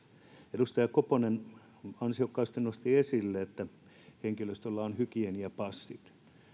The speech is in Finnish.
edustaja koponen ansiokkaasti nosti esille että henkilöstöllä on hygieniapassit